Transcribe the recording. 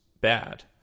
bad